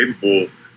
capable